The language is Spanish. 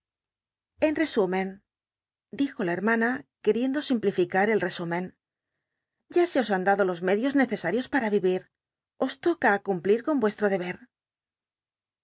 en resümen dij o la hermana queriendo simplificar el resúmen ya se os han dado los med ios necesatios para vivir os toca cumplir con vuestro deber